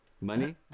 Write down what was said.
Money